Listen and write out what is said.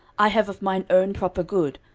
i have of mine own proper good,